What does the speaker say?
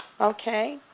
Okay